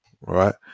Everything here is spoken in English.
right